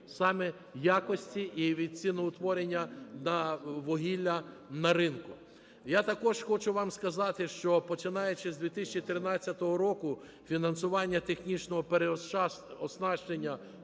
саме якості і від ціноутворення на вугілля на ринку. Я також хочу сказати, що, починаючи з 2014 року, фінансування технічного переоснащення